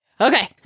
Okay